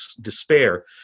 despair